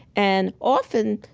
and often,